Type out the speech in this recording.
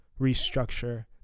restructure